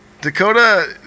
Dakota